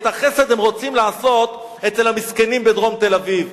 את החסד הם רוצים לעשות אצל המסכנים בדרום תל-אביב.